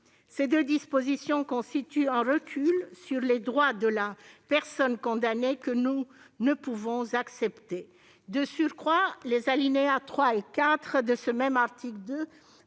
Ces deux dispositions constituent un recul sur les droits de la personne condamnée que nous ne pouvons pas accepter. De surcroît, les alinéas 3 et 4 de l'article 2